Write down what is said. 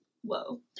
whoa